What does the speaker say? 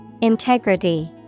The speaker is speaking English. Integrity